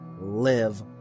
live